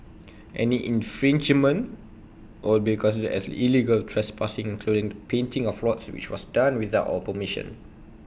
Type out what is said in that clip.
any infringement will be considered as illegal trespassing including the painting of lots which was done without our permission